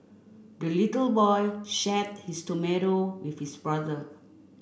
the little boy shared his tomato with his brother